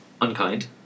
unkind